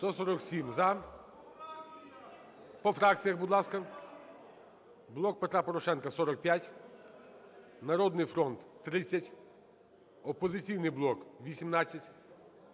За-147 По фракціях, будь ласка. "Блок Петра Порошенка" – 45, "Народний фронт" – 30, "Опозиційний блок" – 18,